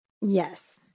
Yes